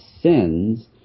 sins